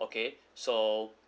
okay so